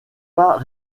pas